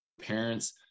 parents